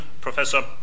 Professor